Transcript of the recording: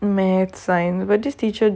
mathematics science but this teacher